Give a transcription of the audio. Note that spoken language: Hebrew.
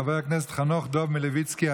חבר הכנסת חנוך דב מלביצקי,